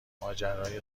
ماجرای